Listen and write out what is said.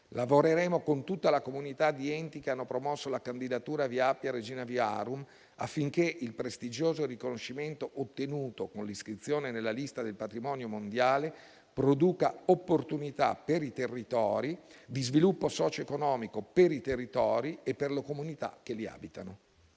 Lavoreremo con tutta la comunità di enti che hanno promosso la candidatura del sito "Via Appia. Regina Viarum", affinché il prestigioso riconoscimento ottenuto con l'iscrizione nella lista del patrimonio mondiale produca opportunità di sviluppo socioeconomico per i territori e per le comunità che li abitano.